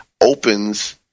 opens